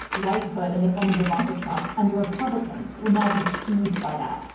white hood, in the form of ivanka trump. and the republicans will now be soothed by that,